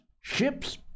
Ships